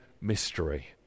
mystery